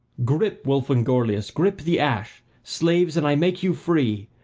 grip, wulf and gorlias, grip the ash! slaves, and i make you free!